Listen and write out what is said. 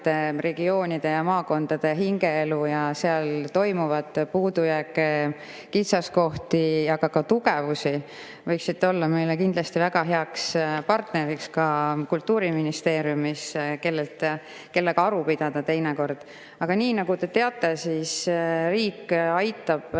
regioonide ja maakondade hingeelu ja seal toimuvat, puudujääke, kitsaskohti, aga ka tugevusi, võiksite olla meile kindlasti väga heaks partneriks ka Kultuuriministeeriumis, kellega teinekord aru pidada. Aga nagu te teate, siis riik aitab